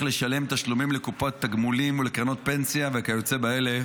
לשלם תשלומים לקופות תגמולים ולקרנות פנסיה וכיוצא באלה